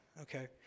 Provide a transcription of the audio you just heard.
Okay